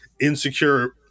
insecure